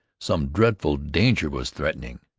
some dreadful danger was threatening.